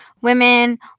women